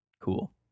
Cool